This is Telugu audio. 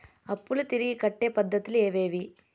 అప్పులు తిరిగి కట్టే పద్ధతులు ఏవేవి